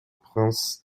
prince